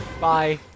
Bye